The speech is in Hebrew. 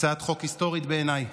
הצעת חוק היסטורית בעיניי,